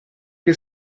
che